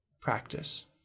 practice